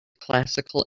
classical